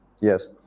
Yes